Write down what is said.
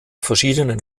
verschiedenen